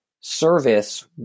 service